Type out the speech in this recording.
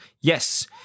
Yes